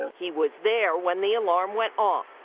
he was there when the alarm went off.